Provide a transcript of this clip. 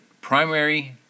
primary